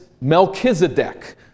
Melchizedek